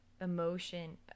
emotion